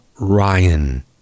Ryan